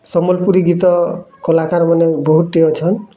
ସମ୍ବଲପୁରୀ ଗୀତ କଲାକାର୍ମାନେ ବହୁତ୍ଟେ ଅଛନ୍